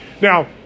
Now